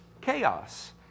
chaos